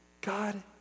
God